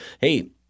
hey –